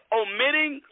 omitting